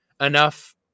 enough